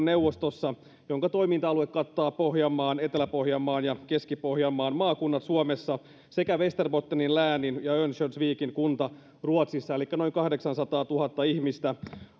neuvostossa jonka toiminta alue kattaa pohjanmaan etelä pohjanmaan ja keski pohjanmaan maakunnat suomessa sekä västerbottenin läänin ja örnsköldsvikin kunnan ruotsissa elikkä noin kahdeksansataatuhatta ihmistä